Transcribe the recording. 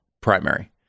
primary